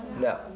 No